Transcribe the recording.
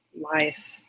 life